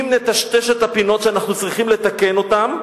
אם נטשטש את הפינות שאנחנו צריכים לתקן אותן,